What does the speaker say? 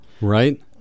Right